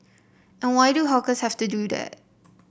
and why do hawkers have to do that